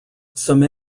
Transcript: some